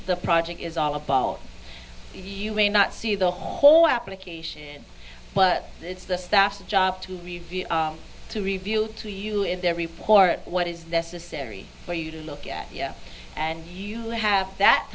the project is all about you may not see the whole application but it's the staff job to review to review to you in their report what is necessary for you to look at and you have that